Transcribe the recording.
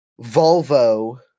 volvo